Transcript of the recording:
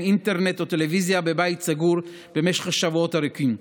אינטרנט או טלוויזיה בבית סגור במשך שבועות ארוכים.